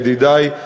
ידידי,